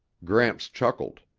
gramps chuckled.